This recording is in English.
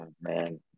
Man